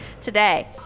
today